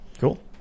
Cool